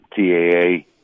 Taa